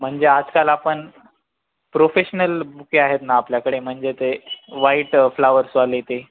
म्हणजे आजकाल आपण प्रोफेशनल बुके आहेत ना आपल्याकडे म्हणजे ते वाईट फ्लावर्सवाले ते